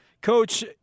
Coach